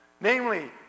namely